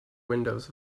windows